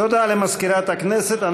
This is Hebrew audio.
תודה למזכירת הכנסת.